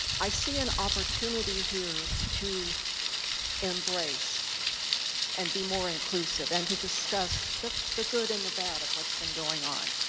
i see an opportunity here to embrace and be more inclusive and to discuss the the good and the bad of what's been going on.